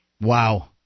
Wow